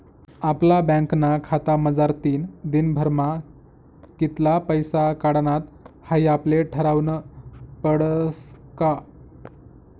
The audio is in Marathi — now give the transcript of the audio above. आपला बँकना खातामझारतीन दिनभरमा कित्ला पैसा काढानात हाई आपले ठरावनं पडस का